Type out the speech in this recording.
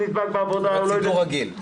כמו כל הציבור הרגיל.